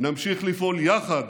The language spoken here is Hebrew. נמשיך לפעול יחד